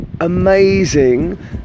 amazing